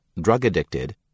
drug-addicted